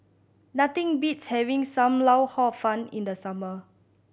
nothing beats having Sam Lau Hor Fun in the summer